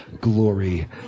Glory